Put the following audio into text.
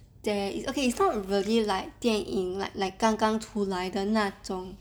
there is okay it's not really like 电影 like like 刚刚出来的那种